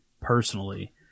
personally